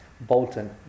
Bolton